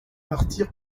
martyr